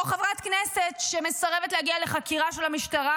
חברת כנסת שמסרבת להגיע לחקירה של המשטרה,